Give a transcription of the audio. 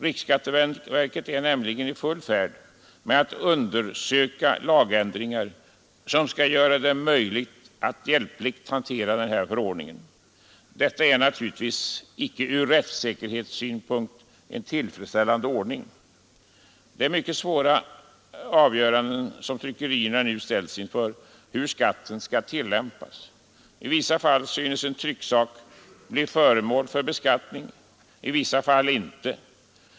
Riksskatteverket är nämligen i full färd med att undersöka lagändringar som skall göra det möjligt att hjälpligt hantera den här förordningen. Detta är naturligtvis icke en ur rättssäkerhetssynpunkt tillfredsställande ordning. Det är mycket svåra avgöranden som tryckerierna nu ställs inför om hur skatten skall tillämpas. I vissa fall synes en trycksak bli föremål för beskattning, i vissa fall inte.